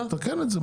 תקן את זה.